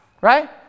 right